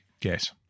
Yes